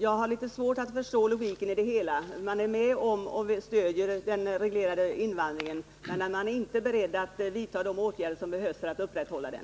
Jag har litet svårt att förstå logiken i det hela när man är med om — och stöder — den reglerade invandringen men inte är beredd att vidta de åtgärder som behövs för att upprätthålla den.